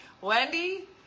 Wendy